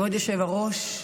כבוד היושב-ראש,